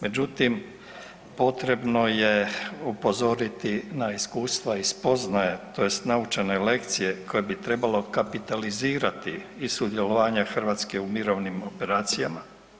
Međutim, potrebno je upozoriti na iskustva i spoznaje tj. naučene lekcije koje bi trebalo kapitalizirati iz sudjelovanja Hrvatske u mirovnim operacijama.